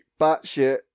batshit